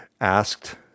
asked